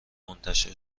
منتشر